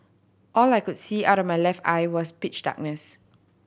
all I could see out of my left eye was pitch darkness